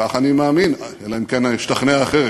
כך אני מאמין, אלא אם כן אשתכנע אחרת,